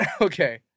Okay